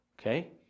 Okay